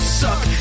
suck